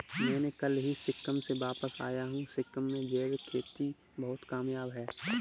मैं कल ही सिक्किम से वापस आया हूं सिक्किम में जैविक खेती बहुत कामयाब है